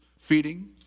feeding